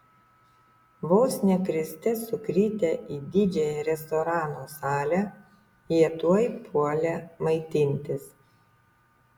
vos ne kriste sukritę į didžiąją restorano salę jie tuoj puolė maitintis